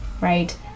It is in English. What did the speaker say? right